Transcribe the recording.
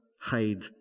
hide